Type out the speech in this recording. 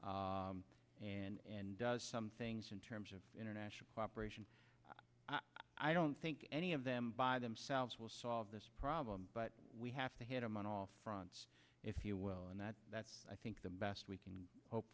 traffickers and does some things in terms of international cooperation i don't think any of them by themselves will solve this problem but we have to hit them on all fronts if you will and that that's i think the best we can hope